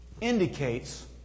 indicates